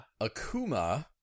Akuma